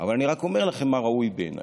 אבל אני רק אומר לכם מה ראוי בעיניי: